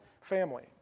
family